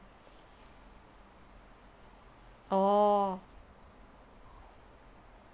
orh